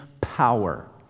power